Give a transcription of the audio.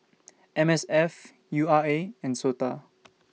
M S F U R A and Sota